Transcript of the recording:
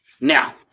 now